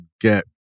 get